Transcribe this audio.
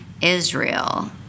Israel